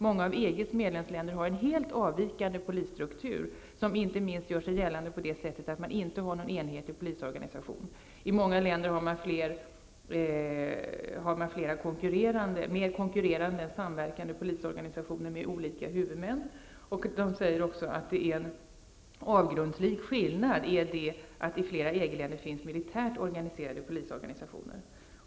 Många av EGs medlemsländer har en helt avvikande polisstruktur som inte minst gör sig gällande på det sättet att man inte har någon enhetlig polisorganisation. I många länder har man flera -- mer konkurrerande än samverkande -- polisorganisationer med olika huvudmän. En avgrundslik skillnad är att det i flera EG-länder finns militärt organiserade polisorganisationer.